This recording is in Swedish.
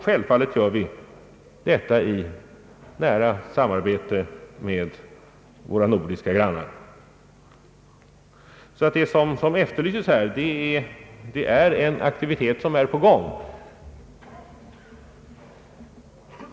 Självfallet gör vi detta i nära samarbete med våra nordiska grannar. Det som efterlyses här är alltså en aktivitet som redan är i gång.